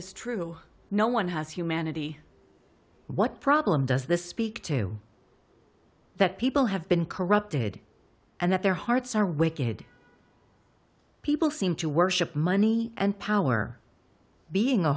is true no one has humanity what problem does this speak to that people have been corrupted and that their hearts are wicked people seem to worship money and power being a